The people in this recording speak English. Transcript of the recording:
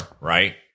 right